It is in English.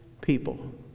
people